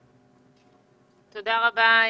שיר, תודה רבה.